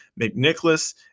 McNicholas